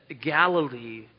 Galilee